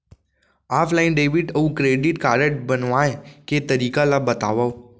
Offline debit अऊ credit card बनवाए के तरीका ल बतावव?